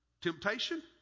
temptation